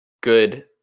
good